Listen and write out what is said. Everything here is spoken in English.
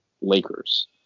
lakers